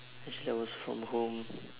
actually I was from home